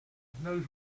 knows